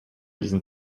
diesen